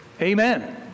Amen